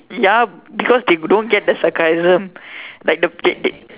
yup because they don't get the sarcasm like the okay they